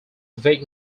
vic